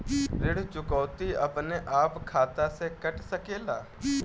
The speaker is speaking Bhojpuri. ऋण चुकौती अपने आप खाता से कट सकेला?